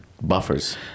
buffers